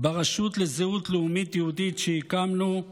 ברשות לזהות לאומית יהודית שהקמתי,